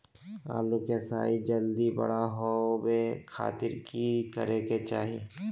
आलू के साइज जल्दी बड़ा होबे खातिर की करे के चाही?